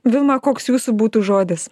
vima koks jūsų būtų žodis